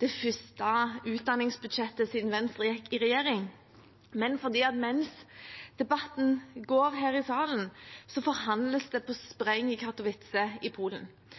det første utdanningsbudsjettet siden Venstre gikk i regjering, men også fordi mens debatten går her i salen, forhandles det på spreng i Katowice i Polen.